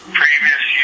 previous